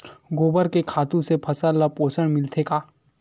गोबर के खातु से फसल ल पोषण मिलथे का?